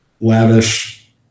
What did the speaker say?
lavish